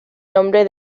nombre